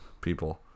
people